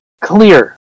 clear